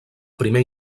primer